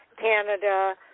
Canada